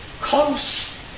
close